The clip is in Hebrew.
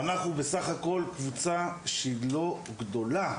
אנחנו בסך הכל קבוצה שהיא לא גדולה.